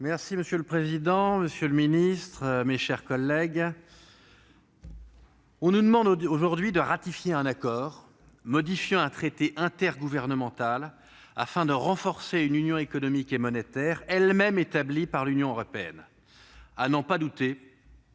Capus. Monsieur le président, monsieur le secrétaire d'État, mes chers collègues, on nous demande aujourd'hui d'autoriser la ratification d'un accord modifiant un traité intergouvernemental, et ce afin de renforcer une union économique et monétaire, elle-même établie par l'Union européenne. À n'en pas douter,